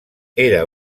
era